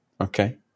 okay